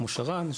כמו שרן,